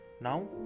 Now